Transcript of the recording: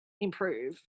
improve